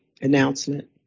announcement